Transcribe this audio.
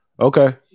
Okay